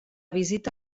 visita